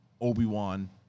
Obi-Wan